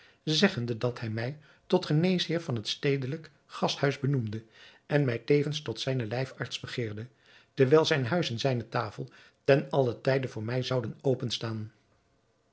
zeggende dat hij mij tot geneesheer van het stedelijk gasthuis benoemde en mij tevens tot zijnen lijfarts begeerde terwijl zijn huis en zijne tafel ten allen tijde voor mij zouden